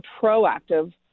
proactive